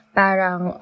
parang